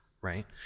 right